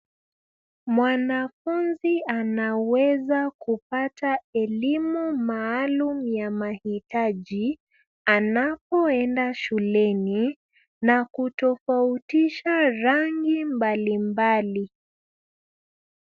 Mwanafunzi anaweza kupata elimu maalum ya mahitaji anapo enda shuleni na kutofautisha rangi mbalimbali.